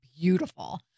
beautiful